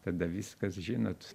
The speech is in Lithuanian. tada viskas žinot